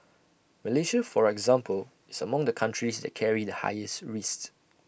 Malaysia for example is among the countries that carry the highest risk